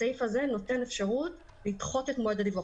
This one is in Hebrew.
הסעיף הזה נותן אפשרות לדחות את מועד הדיווח.